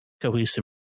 cohesive